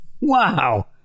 Wow